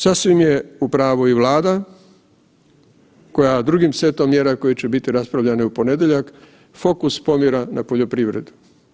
Sasvim je u pravu i Vlada koja drugim setom mjera koje će biti raspravljane u ponedjeljak fokus pomjera na poljoprivredu.